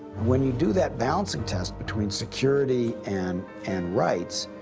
when you do that balancing test between security and and rights,